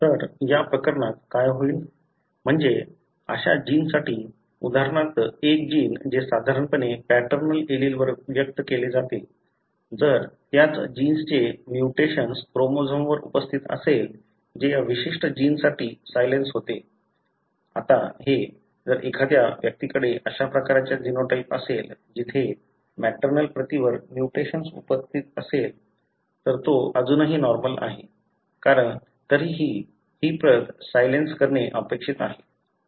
तर या प्रकरणात काय होईल म्हणजे अशा जीन्ससाठी उदाहरणार्थ एक जीन जे साधारणपणे पॅटर्नल एलीलवर व्यक्त केले जाते जर त्याच जीन्सचे म्युटेशन क्रोमोझोमवर उपस्थित असेल जे या विशिष्ट जीन्ससाठी सायलेन्स होते आता हे जर एखाद्या व्यक्तीकडे अशा प्रकारचा जीनोटाइप असेल जिथे मॅटर्नल प्रतीवर म्युटेशन उपस्थित असेल तर तो अजूनही नॉर्मल असेल कारण तरीही ही प्रत सायलेन्स करणे अपेक्षित आहे